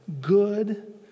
good